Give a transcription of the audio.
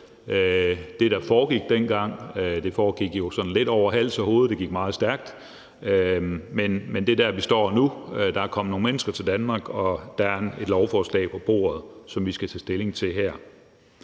det, der foregik dengang – det foregik sådan lidt over hals og hoved, det gik meget stærkt – men det er der, vi står nu. Der er kommet nogle mennesker til Danmark, og der er et lovforslag på bordet, som vi skal tage stilling til her.